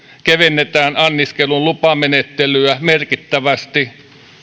kevennetään anniskelulupamenettelyä merkittävästi